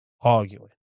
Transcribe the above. arguing